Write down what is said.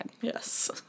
Yes